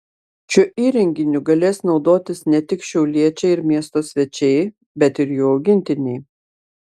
šiuo įrenginiu galės naudotis ne tik šiauliečiai ir miesto svečiai bet ir jų augintiniai